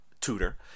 tutor